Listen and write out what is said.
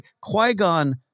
qui-gon